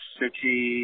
city